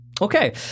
Okay